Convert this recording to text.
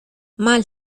mal